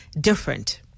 different